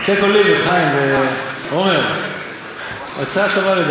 חיים ועמר, לדעתי, הצעה טובה.